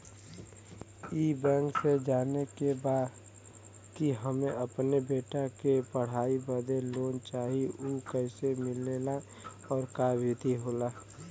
ई बैंक से जाने के बा की हमे अपने बेटा के पढ़ाई बदे लोन चाही ऊ कैसे मिलेला और का विधि होला?